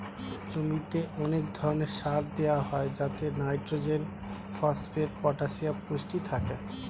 জমিতে অনেক ধরণের সার দেওয়া হয় যাতে নাইট্রোজেন, ফসফেট, পটাসিয়াম পুষ্টি থাকে